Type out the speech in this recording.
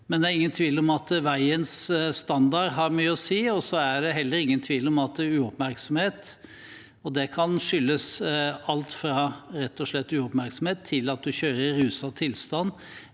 tiden. Det er ingen tvil om at veiens standard har mye å si, og det er heller ingen tvil om at uoppmerksomhet spiller inn – alt fra rett og slett uoppmerksomhet til at du kjører i ruset tilstand,